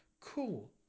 Cool